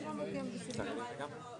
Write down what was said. אנחנו עוברים לסעיף הבא בסדר היום,